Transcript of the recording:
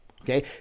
Okay